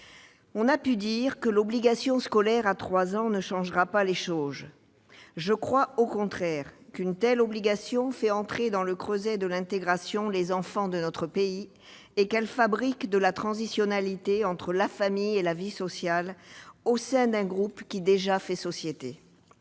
On a pu dire que l'obligation scolaire à 3 ans ne changera pas les choses. Je suis persuadée du contraire : elle fera entrer dans le creuset de l'intégration les enfants de notre pays et fabriquera de la transitionnalité entre la famille et la vie sociale au sein d'un groupe qui, déjà, fait société.